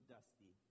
Dusty